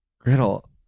Griddle